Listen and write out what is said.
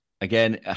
again